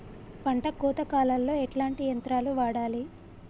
పంట కోత కాలాల్లో ఎట్లాంటి యంత్రాలు వాడాలే?